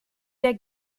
der